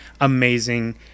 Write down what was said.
amazing